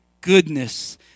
goodness